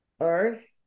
earth